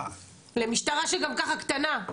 למשטרה שגם ככה קטנה.